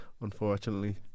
Unfortunately